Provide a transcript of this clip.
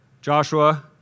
Joshua